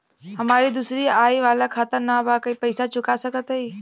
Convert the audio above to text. हमारी दूसरी आई वाला खाता ना बा पैसा चुका सकत हई?